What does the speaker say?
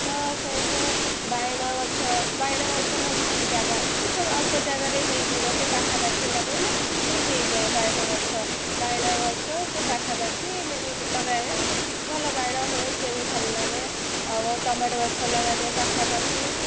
ତ ସେଇଥିରେ ବାଇଗଣ ଗଛ ବାଇଗଣ ଗଛ ନା ଜାଗା ଛୋଟ ଅଳ୍ପ ଜାଗାରେ ହେଇଯିବ ସେ ପାଖାପାଖି ଲଗେଇଲେ ସିଏ ହେଇଯାଏ ବାଇଗଣ ଗଛ ବାଇଗଣ ଗଛ ସେ ପାଖାପାଖି ଏମିତି ଲଗାଏ ସେ ଭଲ ବାଇଗଣ ହୁଏ ସେ ବି ଭଲ ଲାଗେ ଆଉ ଟମାଟୋ ଗଛ ଲଗାଯାଏ ପାଖାପାଖି